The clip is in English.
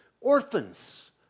orphans